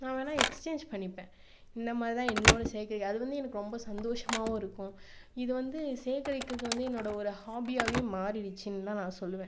நான் வேனுமுன்னா எக்ஸ்சேஞ் பண்ணிப்பேன் இந்த மாதிரி தான் என்னுடைய சேர்க்க அது வந்து எனக்கு ரொம்ப சந்தோஷமாவும் இருக்கும் இது வந்து சேகரிக்கிறது வந்து என்னுடைய ஒரு ஹாபியாவே மாறிடுச்சினுதான் நான் சொல்லுவேன்